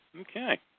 Okay